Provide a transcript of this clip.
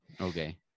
Okay